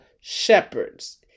shepherds